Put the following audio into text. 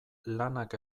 lanak